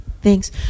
Thanks